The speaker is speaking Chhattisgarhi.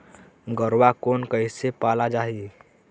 गरवा कोन कइसे पाला जाही?